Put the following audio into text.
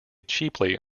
cheaply